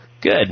Good